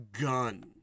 gun